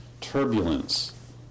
turbulence